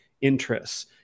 interests